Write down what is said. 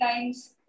times